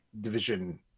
Division